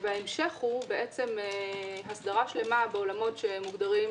ההמשך הוא הסדרה שלמה בעולמות שמוגדרים